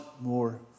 more